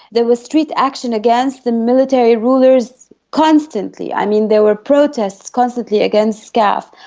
there was street action against the military rulers constantly, i mean there were protests constantly against scaf,